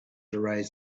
erased